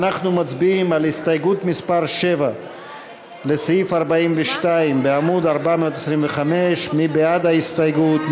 אנחנו מצביעים על הסתייגות מס' 7 לסעיף 42 בעמוד 425. מי בעד ההסתייגות?